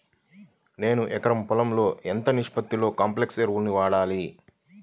నేను ఎకరం పొలంలో ఎంత నిష్పత్తిలో కాంప్లెక్స్ ఎరువులను వాడాలి?